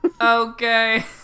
Okay